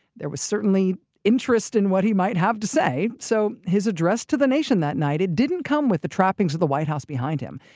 there was certainly interest in what he might have to say! so his address to the nation that night, it didn't come with the trappings of the white house behind him,